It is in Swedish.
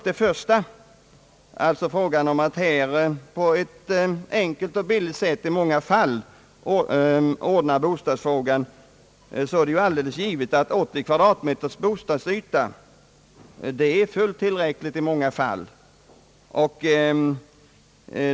Det är alldeles givet att 80 kvadratmeter bostadsyta för många är fullt tillräckligt.